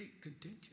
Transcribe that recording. contention